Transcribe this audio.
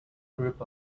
group